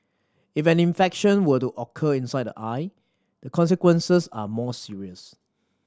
if an infection were to occur inside the eye the consequences are more serious